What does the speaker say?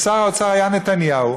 ושר האוצר היה נתניהו,